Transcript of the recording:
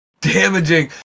damaging